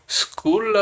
school